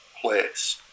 place